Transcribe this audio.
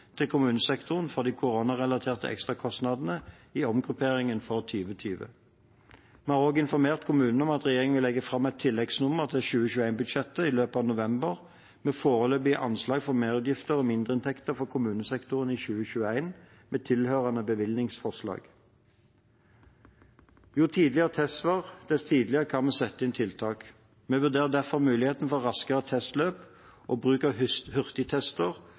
til kommunesektoren for de koronarelaterte ekstrakostnadene i omgrupperingen for 2020. Vi har også informert kommunene om at regjeringen vil legge fram et tilleggsnummer til 2021-budsjettet i løpet av november, med foreløpige anslag for merutgifter og mindreinntekter for kommunesektoren i 2021 med tilhørende bevilgningsforslag. Jo tidligere testsvar, dess tidligere kan vi sette inn tiltak. Vi vurderer derfor muligheten for raskere testløp og bruk av hurtigtester